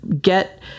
get